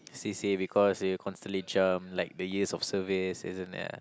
c_c_a because you constantly jump like the years of service isn't ya